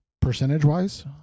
percentage-wise